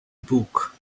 book